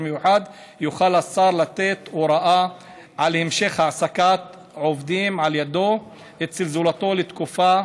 מיוחד יוכל השר לתת הוראה על המשך העסקת עובדים על ידיו אצל זולתו לתקופה